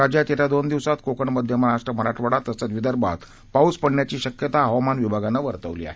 राज्यात येत्या दोन दिवसात कोकण मध्य महाराष्ट्र मराठवाडा तसंच विर्दभात पाऊस पडण्याची शक्यता हवामान खात्यानं वर्तवली आहे